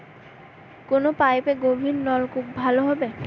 কোন পাইপে গভিরনলকুপ ভালো হবে?